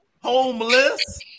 homeless